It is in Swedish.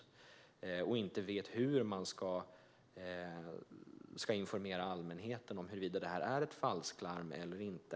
Sveriges Radio visste inte hur de skulle informera allmänheten, om det var ett falsklarm eller inte.